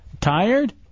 Tired